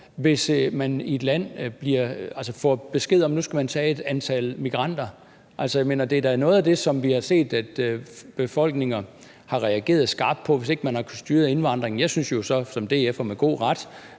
hvis man i et land får besked på, at man nu skal tage et antal migranter? Det er da noget af det, som vi har set at befolkninger har reageret skarpt på, altså hvis ikke man har kunnet styre indvandringen – jeg synes jo så som DF'er, at det